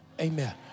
Amen